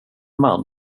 man